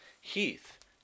Heath